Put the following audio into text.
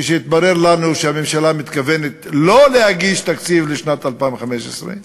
כשהתברר לנו שהממשלה מתכוונת לא להגיש תקציב לשנת 2015,